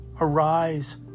Arise